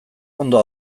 ondo